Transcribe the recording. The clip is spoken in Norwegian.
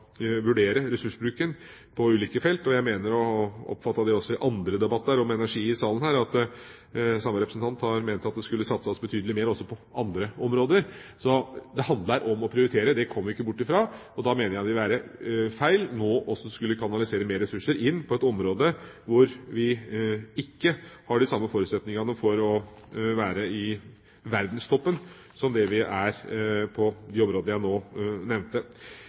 vurdere ressursbruken på ulike felt. Jeg mener å ha oppfattet også i andre debatter om energi i denne salen at samme representant har ment at det skulle satses betydelig mer også på andre områder. Det handler om å prioritere, det kommer vi ikke bort ifra. Da mener jeg det vil være feil nå å kanalisere mer ressurser inn på et område hvor vi ikke har de samme forutsetningene for å være i verdenstoppen som vi har på de områdene jeg nå nevnte.